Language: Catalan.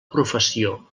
professió